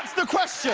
and question?